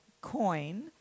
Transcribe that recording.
coin